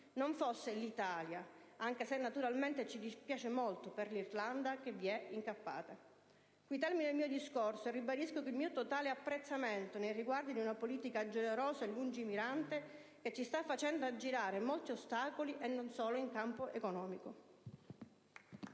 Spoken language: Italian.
non fosse l'Italia, anche se naturalmente ci dispiace molto per l'Irlanda che vi è incappata. Termino qui il mio discorso, ribadendo il mio totale apprezzamento nei riguardi di una politica generosa e lungimirante che ci sta facendo aggirare molti ostacoli, e non solo in campo economico.